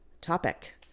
topic